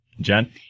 Jen